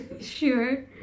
Sure